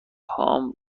هام